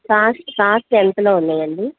cos cost ఎంతలో ఉన్నాయి అండి